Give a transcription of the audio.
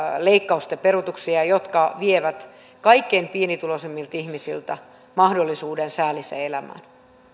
leikkauksia jotka vievät kaikkein pienituloisimmilta ihmisiltä mahdollisuuden säälliseen elämään